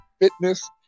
fitness